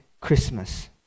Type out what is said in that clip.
Christmas